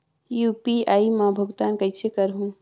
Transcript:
UPI मा भुगतान कइसे करहूं?